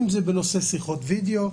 אם זה בנושא שיחות וידאו,